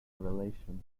relation